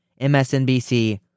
MSNBC